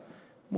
הם